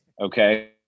okay